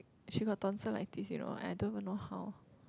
she got tonsillitis you know I don't even know how